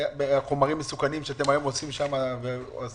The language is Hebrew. היו חומרים מסוכנים ואתם היום עושים שם ניטור.